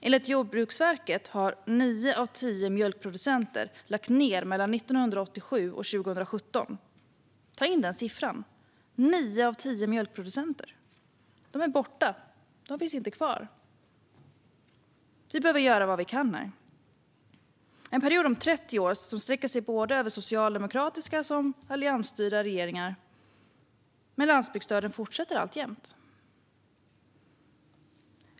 Enligt Jordbruksverket har 9 av 10 mjölkproducenter lagt ned mellan 1987 och 2017. Ta in den siffran! 9 av 10 mjölkproducenter är borta. De finns inte kvar. Vi behöver göra vad vi kan här. Landsbygdsdöden har pågått i 30 år, en period som sträcker sig över både socialdemokratiska och alliansstyrda regeringar, och pågår alltjämt.